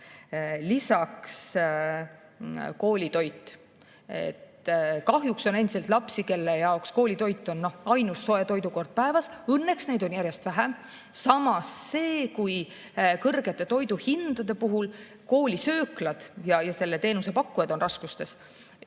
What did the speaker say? Lisaks koolitoit. Kahjuks on endiselt lapsi, kelle jaoks koolitoit on ainus soe toidukord päevas. Õnneks neid on järjest vähem. Samas on kõrgete toiduhindade puhul koolisööklad ja selle teenuse pakkujad raskustes.